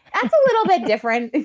that's a little bit different,